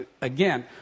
again